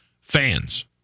fans